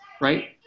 right